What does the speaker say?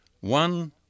One